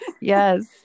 Yes